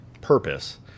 purpose